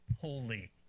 holy